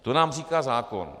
To nám říká zákon.